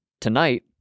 tonight